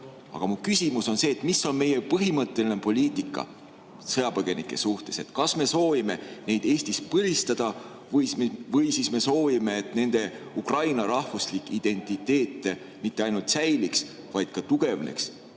aga mu küsimus on, mis on meie põhimõtteline poliitika sõjapõgenike suhtes. Kas me soovime neid Eestis põlistada või siis me soovime, et nende ukraina rahvuslik identiteet mitte ainult ei säiliks, vaid ka tugevneks,